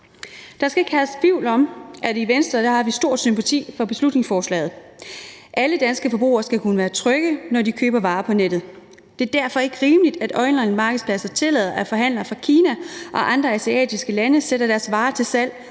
Der skal ikke herske tvivl om, at vi i Venstre har stor sympati for beslutningsforslaget. Alle danske forbrugere skal kunne være trygge, når de køber varer på nettet. Det er derfor ikke rimeligt, at onlinemarkedspladser tillader, at forhandlere fra Kina og andre asiatiske lande sætter deres varer til salg